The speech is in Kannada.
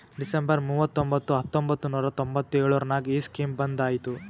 ಡಿಸೆಂಬರ್ ಮೂವತೊಂಬತ್ತು ಹತ್ತೊಂಬತ್ತು ನೂರಾ ತೊಂಬತ್ತು ಎಳುರ್ನಾಗ ಈ ಸ್ಕೀಮ್ ಬಂದ್ ಐಯ್ತ